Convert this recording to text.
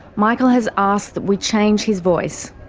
michael has asked that we change his voice.